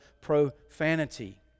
profanity